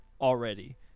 already